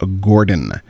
Gordon